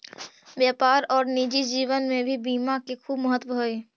व्यापार और निजी जीवन में भी बीमा के खूब महत्व हई